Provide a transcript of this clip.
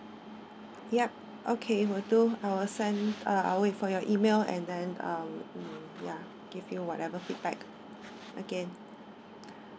ya okay will do I will send uh I'll wait for your email and then um mm ya give you whatever feedback again